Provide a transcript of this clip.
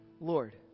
Lord